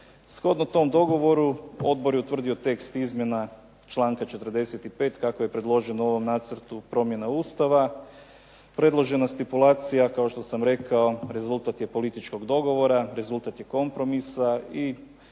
Shodno tom dogovoru odbor je utvrdio tekst izmjena članka 45. kako je predloženo u ovom Nacrtu promjena Ustava. Predložena stipulacija kao što sam rekao rezultat je političkog dogovora, rezultat je kompromisa i